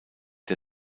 der